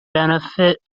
benefit